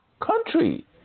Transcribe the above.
country